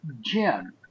Jim